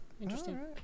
Interesting